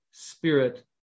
spirit